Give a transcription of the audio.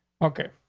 okay,